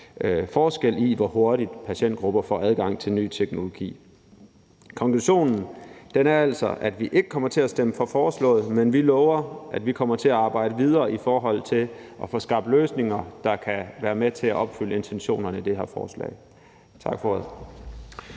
forskel i, hvor hurtigt patientgrupper får adgang til ny teknologi. Konklusionen er altså, at vi ikke kommer til at stemme for forslaget. Men vi lover, at vi kommer til at arbejde videre i forhold til at få skabt løsninger, der kan være med til at opfylde intentionerne i det her forslag. Tak for ordet.